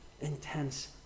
intense